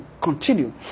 continue